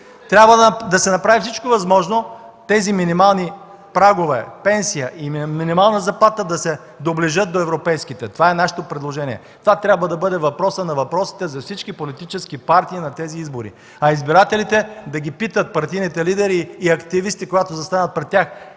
Трябва да се направи всичко възможно минималните прагове на пенсия и минимална заплата да се доближат до европейските. Това е нашето предложение. Това трябва да бъде въпросът на въпросите за всички политически партии на тези избори, а избирателите да питат партийните лидери и активисти, когато застанат пред тях: